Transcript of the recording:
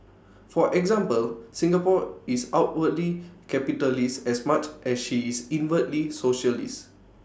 for example Singapore is outwardly capitalist as much as she is inwardly socialist